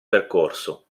percorso